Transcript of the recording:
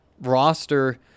roster